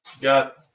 got